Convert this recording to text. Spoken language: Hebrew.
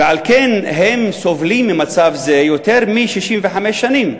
ועל כן הם סובלים ממצב זה יותר מ-65 שנים.